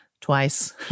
twice